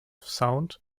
sound